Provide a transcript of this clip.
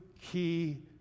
key